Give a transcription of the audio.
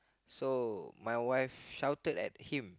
so my wife shouted at him